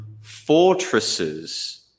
fortresses